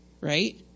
right